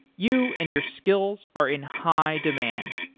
you and your skills are in high demand.